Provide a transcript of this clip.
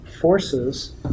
forces